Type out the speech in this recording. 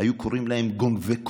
היו קוראים להם גונבי קולות,